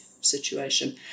situation